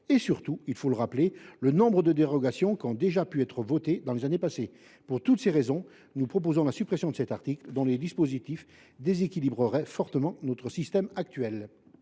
le sujet, et, il faut le rappeler, du nombre de dérogations votées ces dernières années. Pour toutes ces raisons, nous proposons la suppression de cet article, dont les dispositions déséquilibreraient fortement notre système actuel.